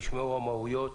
נשמעו המהויות.